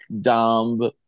dumb